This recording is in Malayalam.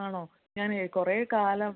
ആണോ ഞാൻ കുറേ കാലം